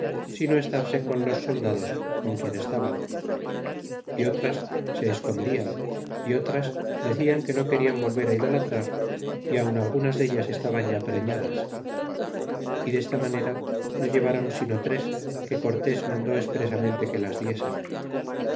o estarse con los soldados con quien estaban y otras se escondian y otras decian que no querian volver á idolatrar y aun algunas dellas estaban ya preñadas y tiesta manera no llevron sino tres que cortés mandó expresamente que las diesen